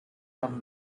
come